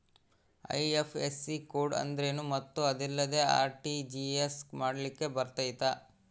IFSC code ಅಂದ್ರೇನು ಮತ್ತು ಅದಿಲ್ಲದೆ ಆರ್.ಟಿ.ಜಿ.ಎಸ್ ಮಾಡ್ಲಿಕ್ಕೆ ಬರ್ತೈತಾ?